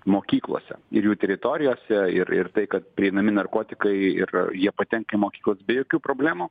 mokyklose ir jų teritorijose ir ir tai kad prieinami narkotikai ir jie patenka į mokyklas be jokių problemų